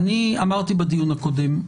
אני אמרתי בדיון הקודם,